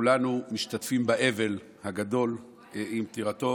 כולנו משתתפים באבל הגדול עם פטירתו.